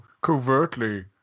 covertly